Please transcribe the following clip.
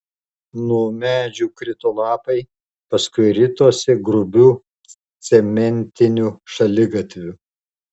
nuo medžių krito lapai paskui ritosi grubiu cementiniu šaligatviu